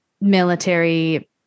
military